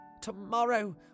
Tomorrow